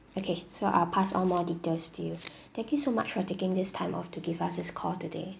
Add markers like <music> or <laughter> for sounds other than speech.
okay so I'll pass on more details to you <breath> thank you so much for taking this time off to give us this call today